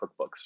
cookbooks